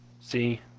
See